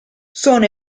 sono